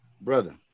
Brother